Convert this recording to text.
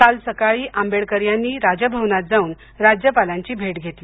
काल सकाळी आंबेडकर यांनी राजभवनात जाऊन राज्यपालांची भेट घेतली